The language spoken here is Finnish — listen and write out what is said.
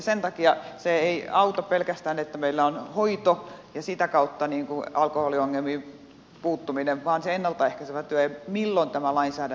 sen takia se ei auta pelkästään että meillä on hoito ja sitä kautta alkoholiongelmiin puuttuminen vaan tarvitaan sitä ennalta ehkäisevää työtä